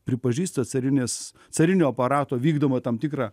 pripažįsta carinės carinio aparato vykdomą tam tikrą